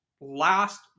last